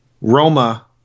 Roma